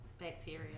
Bacteria